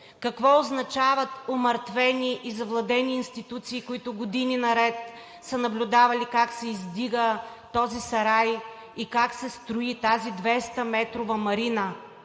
какво означават умъртвени и завладени институции, които години наред са наблюдавали как са издигали този сарай и как се строи тази 200-метрова марина.